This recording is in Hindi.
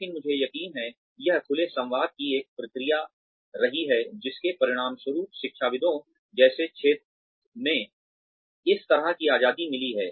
लेकिन मुझे यकीन है यह खुले संवाद की एक प्रक्रिया रही है जिसके परिणामस्वरूप शिक्षाविदों जैसे क्षेत्र में इस तरह की आज़ादी मिली है